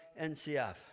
NCF